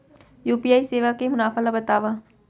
UPI सेवा के मुनाफा ल बतावव?